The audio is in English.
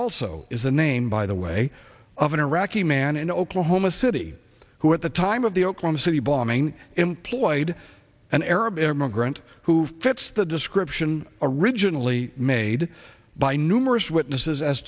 also is the name by the way of an iraqi man in oklahoma city who at the time of the oklahoma city bombing employed an arab immigrant who fits the description originally made by numerous witnesses as